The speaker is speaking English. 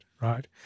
right